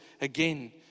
again